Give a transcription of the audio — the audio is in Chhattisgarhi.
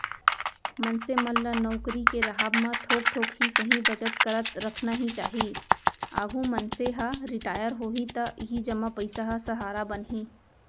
मनसे मन ल नउकरी के राहब म थोक थोक ही सही बचत करत रखना ही चाही, आघु मनसे ह रिटायर होही त इही जमा पइसा ह सहारा बनही